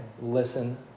listen